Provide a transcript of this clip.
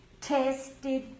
tested